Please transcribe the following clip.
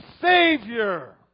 savior